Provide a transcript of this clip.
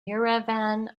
yerevan